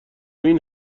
این